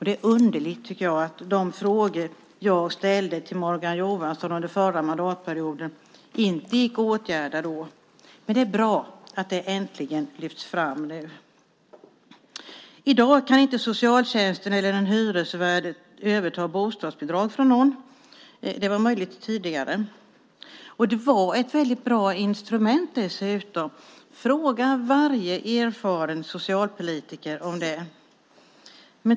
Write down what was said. Det är underligt, tycker jag, att de frågor jag ställde till Morgan Johansson under den förra mandatperioden inte gick att åtgärda då. Men det är bra att det äntligen lyfts fram. I dag kan inte socialtjänsten eller en hyresvärd överta bostadsbidrag från någon. Det var möjligt tidigare. Det var ett väldigt bra instrument dessutom. Fråga varje erfaren socialpolitiker om det!